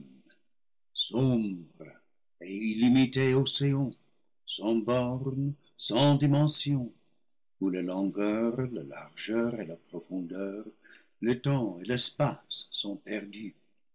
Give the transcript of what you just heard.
dimensions où la longueur ta largeur et la profondeur le temps et l'espace sont perdus